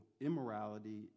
immorality